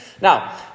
Now